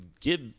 give